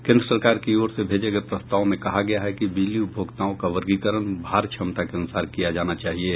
केंद्र सरकार की ओर से भेजे गये प्रस्ताव में कहा गया है कि बिजली उपभोक्ताओं का वर्गीकरण भार क्षमता के अनुसार किया जाना चाहिये